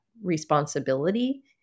responsibility